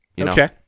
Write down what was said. Okay